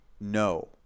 No